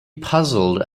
puzzled